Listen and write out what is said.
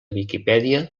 viquipèdia